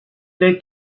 that